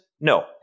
No